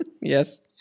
Yes